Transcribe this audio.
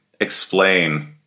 explain